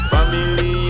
Family